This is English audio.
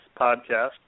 Podcast